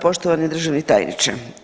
Poštovani državni tajniče.